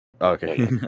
Okay